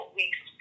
weeks